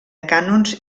cànons